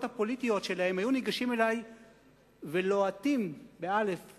הפוליטיות שלהם היו ניגשים אלי ולואטים באוזני,